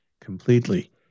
completely